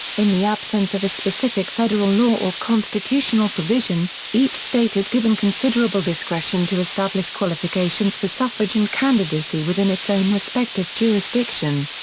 in the absence of a specific federal law or constitutional provision, each state is given considerable discretion to establish qualifications for suffrage and candidacy within its own respective jurisdiction.